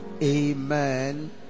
Amen